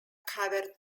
covered